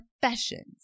professions